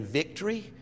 victory